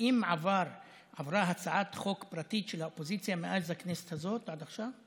האם עברה הצעת חוק פרטית של האופוזיציה מאז הכנסת הזאת ועד עכשיו?